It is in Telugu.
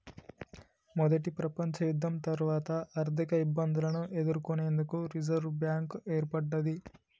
మొదటి ప్రపంచయుద్ధం తర్వాత ఆర్థికఇబ్బందులను ఎదుర్కొనేందుకు రిజర్వ్ బ్యాంక్ ఏర్పడ్డది